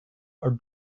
our